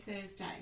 Thursday